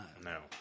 No